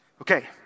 Okay